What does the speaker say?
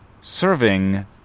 serving